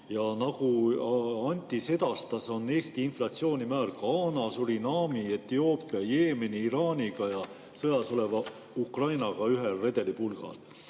Nagu Anti sedastas, on Eesti inflatsioonimäär Ghana, Suriname, Etioopia, Jeemeni, Iraani ja sõjas oleva Ukraina omaga ühel redelipulgal.